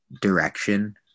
direction